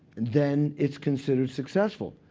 then it's considered successful.